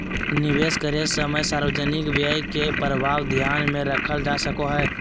निवेश करे समय सार्वजनिक व्यय के प्रभाव ध्यान में रखल जा सको हइ